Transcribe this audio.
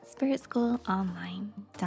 spiritschoolonline.com